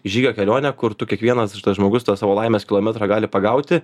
žygio kelionė kur tu kiekvienas žmogus tą savo laimės kilometrą gali pagauti